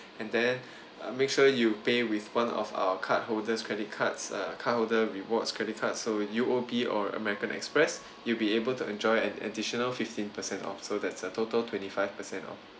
and then uh make sure you pay with one of our cardholders credit cards uh cardholder rewards credit cards so U_O_B or american express you'll be able to enjoy an additional fifteen percent off so that's a total twenty five percent off